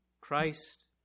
Christ